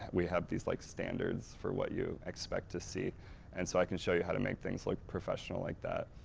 we have these like standards for what you expect to see and so i can show you how to make things look professional like that.